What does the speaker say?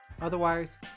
Otherwise